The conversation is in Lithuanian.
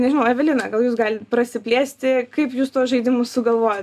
nežinau evelina gal jūs gali prasiplėsti kaip jūs tuos žaidimus sugalvojat